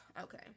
okay